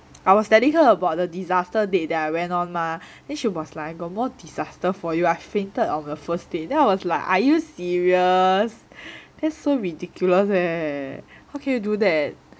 I was telling her about the disaster date that I went on mah then she was like got more disaster for you I fainted on a first date then I was like are you serious that's so ridiculous leh how can you do that